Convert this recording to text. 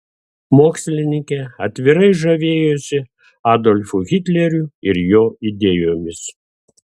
mokslininkė atvirai žavėjosi adolfu hitleriu ir jo idėjomis